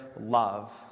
love